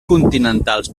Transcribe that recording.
continentals